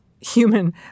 human